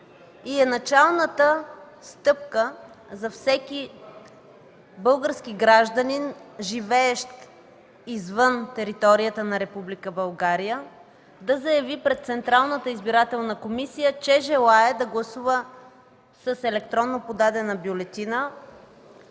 и е началната стъпка за всеки български гражданин, живеещ извън територията на Република България да заяви пред Централната избирателна комисия, че желае да гласува с електронно подадена бюлетина